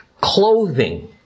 clothing